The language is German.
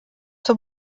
zur